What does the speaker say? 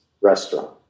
restaurant